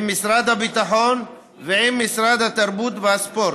משרד הביטחון ועם משרד התרבות והספורט.